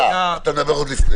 אתה מדבר עוד לפני.